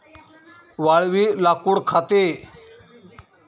वाळवी लाकूड खाते